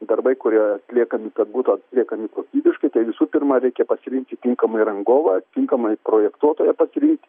darbai kurie atliekami kad būtų atliekami kokybiškai tai visų pirma reikia pasirinkti tinkamai rangovą tinkamai projektuotoją pasirinkti